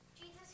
Jesus